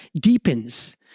deepens